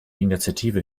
initiative